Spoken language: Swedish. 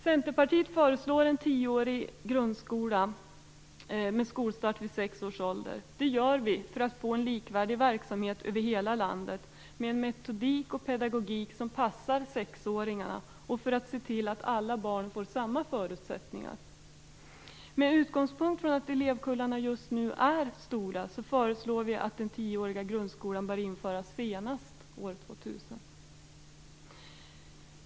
Centerpartiet föreslår en tioårig grundskola med skolstart vid sex års ålder. Det gör vi för att få en likvärdig verksamhet över hela landet, med en metodik och pedagogik som passar sexåringarna, och för att se till att alla barn får samma förutsättningar. Med utgångspunkt i att elevkullarna just nu är stora föreslår vi att den tioåriga grundskolan skall införas senast år 2000.